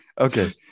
Okay